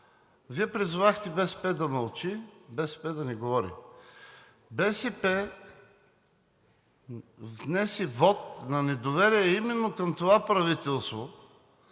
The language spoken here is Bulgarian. Вие призовахте БСП да мълчи, БСП да не говори. БСП внесе вот на недоверие именно към това правителство,